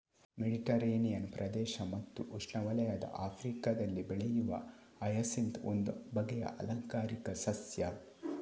Mediterranean ಪ್ರದೇಶ ಮತ್ತು ಉಷ್ಣವಲಯದ ಆಫ್ರಿಕಾದಲ್ಲಿ ಬೆಳೆಯುವ ಹಯಸಿಂತ್ ಒಂದು ಬಗೆಯ ಆಲಂಕಾರಿಕ ಸಸ್ಯ